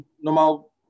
normal